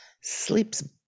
sleeps